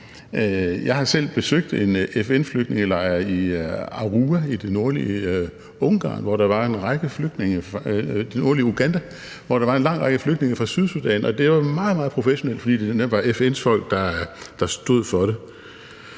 Jeg har selv besøgt en FN-flygtningelejr i Arua i det nordlige Uganda, hvor der var en lang række flygtninge fra Sydsudan. Det var meget, meget professionelt, fordi det netop var FN-folk, der stod for det.